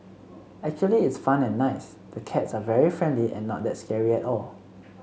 actually it's fun and nice the cats are very friendly and not that scary at all